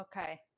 Okay